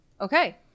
okay